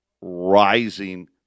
rising